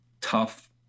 tough